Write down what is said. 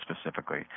specifically